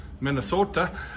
Minnesota